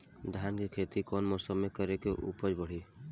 धान के खेती कौन मौसम में करे से उपज बढ़ी?